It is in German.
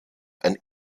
ein